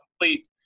complete